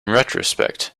retrospect